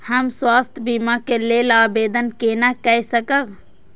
हम स्वास्थ्य बीमा के लेल आवेदन केना कै सकब?